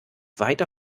weiter